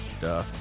Duh